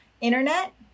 internet